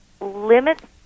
limits